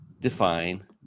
define